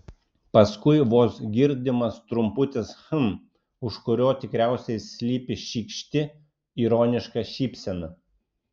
paskui vos girdimas trumputis hm už kurio tikriausiai slypi šykšti ironiška šypsena